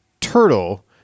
turtle